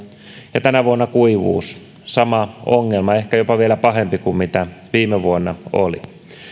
tänä vuonna oli kuivuus sama ongelma ehkä jopa vielä pahempi kuin mitä viime vuonna oli